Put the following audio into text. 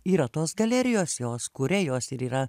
yra tos galerijos jos kuria jos ir yra